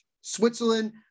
Switzerland